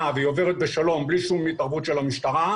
והיא עוברת בשלום ללא כל התערבות של המשטרה,